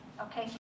okay